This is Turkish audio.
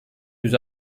yüz